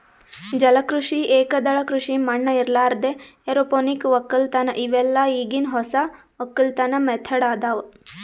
ಜಲ ಕೃಷಿ, ಏಕದಳ ಕೃಷಿ ಮಣ್ಣ ಇರಲಾರ್ದೆ ಎರೋಪೋನಿಕ್ ವಕ್ಕಲತನ್ ಇವೆಲ್ಲ ಈಗಿನ್ ಹೊಸ ವಕ್ಕಲತನ್ ಮೆಥಡ್ ಅದಾವ್